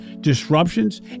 disruptions